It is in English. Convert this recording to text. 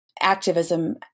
activism